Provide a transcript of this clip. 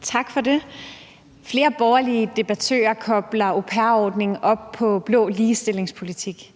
Tak for det. Flere borgerlige debattører kobler au pair-ordningen op på blå ligestillingspolitik.